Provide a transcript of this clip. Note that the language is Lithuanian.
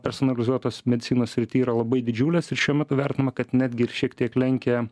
personalizuotos medicinos srity yra labai didžiulės ir šiuo metu vertinama kad netgi ir šiek tiek lenkia